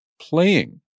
playing